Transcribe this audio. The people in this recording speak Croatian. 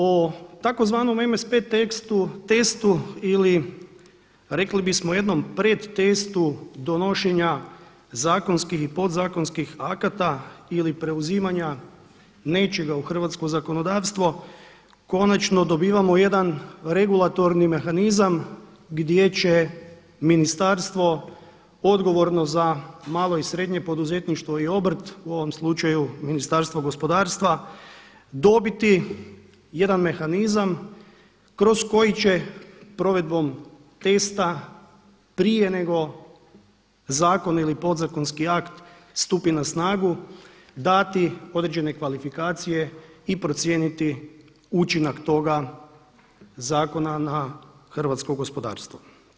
O tzv. MSP testu ili rekli bismo jednom predtestu donošenja zakonskih i podzakonskih akata ili preuzimanja nečega u hrvatsko zakonodavstvo konačno dobivamo jedan regulatorni mehanizam gdje će ministarstvo odgovorno za malo i srednje poduzetništvo i obrt u ovom slučaju Ministarstvo gospodarstva dobiti jedan mehanizam kroz koji će provedbom testa prije nego zakon ili podzakonski akt stupi na snagu dati određene kvalifikacije i procijeniti učinak toga zakona na hrvatsko gospodarstvo.